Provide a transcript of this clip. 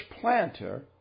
planter